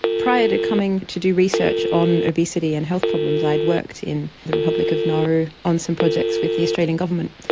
prior to coming to do research on obesity and health problems i had worked in the republic of nauru on some projects with the australian government.